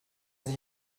sich